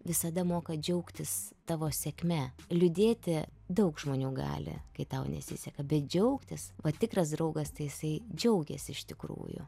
visada moka džiaugtis tavo sėkme liūdėti daug žmonių gali kai tau nesiseka bet džiaugtis vat tikras draugas tai jisai džiaugiasi iš tikrųjų